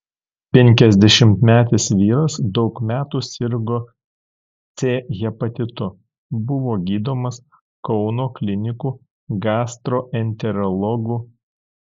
penkiasdešimtmetis vyras daug metų sirgo c hepatitu buvo gydomas kauno klinikų gastroenterologų